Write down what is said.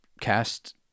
cast